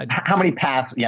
and how many paths? yeah